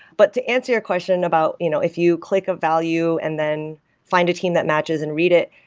but to answer your question about you know if you click a value and then find a team that matches and read it,